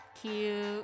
Cute